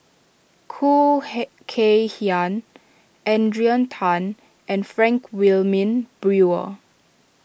Khoo Kay Hian Adrian Tan and Frank Wilmin Brewer